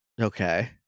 okay